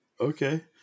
Okay